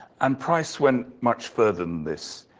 and price went much further than this.